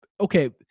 okay